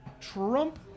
Trump